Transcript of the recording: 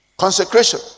Consecration